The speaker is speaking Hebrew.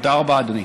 תודה רבה, אדוני.